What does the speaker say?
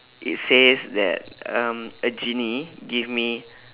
it says that um a genie give me